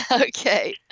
Okay